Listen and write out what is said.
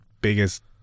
biggest